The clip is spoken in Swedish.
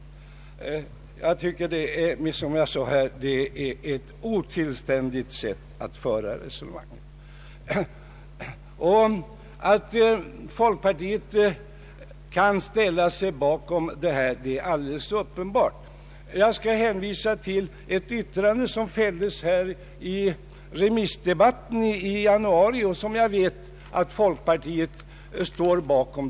Detta är ett otillständigt sätt att föra resonemanget. Att folkpartiet kan ställa sig bakom detta är alldeles uppenbart. Jag skall hänvisa till ett yttrande som här fälldes i remissdebatten i januari och som jag vet att folkpartiet står bakom.